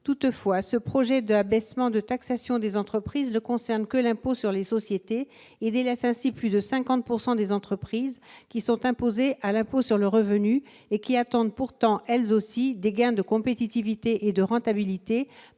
Toutefois, ce projet d'abaissement de la taxation des entreprises ne concerne que l'impôt sur les sociétés et délaisse ainsi plus de 50 % des entreprises, qui sont imposées à l'impôt sur le revenu et qui attendent elles aussi des gains de compétitivité et de rentabilité